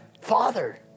Father